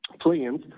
plans